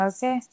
Okay